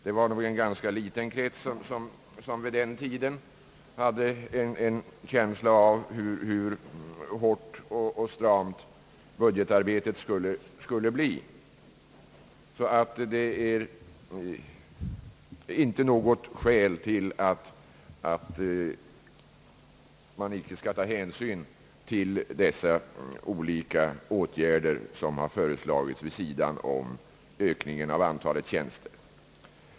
Det var nog endast en ganska liten krets, som vid denna tidpunkt hade en känsla av hur hårt och stramt budgetarbetet skulle bli. Detta är alltså inte något skäl för att man inte skall ta hänsyn till de åtgärder som har föreslagits vid sidan om ökningen av antalet tjänster.